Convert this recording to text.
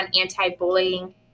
anti-bullying